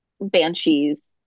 Banshees